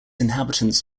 inhabitants